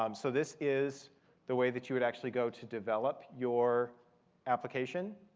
um so this is the way that you would actually go to develop your application.